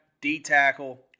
D-tackle